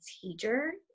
teacher